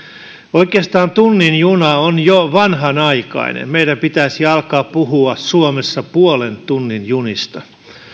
oikeastaan tunnin juna on jo vanhanaikainen meidän pitäisi alkaa puhua suomessa puolen tunnin junista